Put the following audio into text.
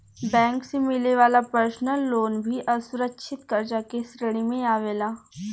bank से मिले वाला पर्सनल लोन भी असुरक्षित कर्जा के श्रेणी में आवेला